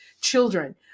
children